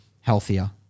healthier